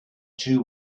two